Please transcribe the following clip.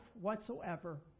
whatsoever